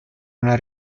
una